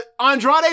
Andrade